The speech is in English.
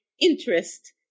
interest